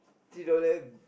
three dollar